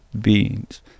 beings